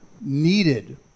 needed